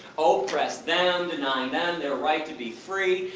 ah oppress them, denying them their right to be free.